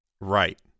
Right